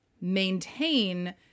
maintain